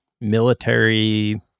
military